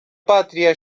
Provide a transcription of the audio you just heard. patria